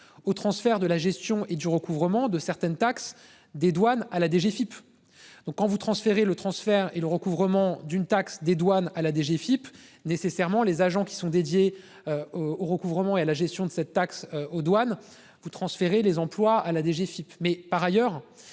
au transfert de la gestion et de recouvrement de certaines taxes des douanes à la DGFIP. Donc quand vous transférer le transfert et le recouvrement d'une taxe des douanes à la DGFIP nécessairement les agents qui sont dédiés au recouvrement et à la gestion de cette taxe aux douanes vous transférer les emplois à la DGFIP.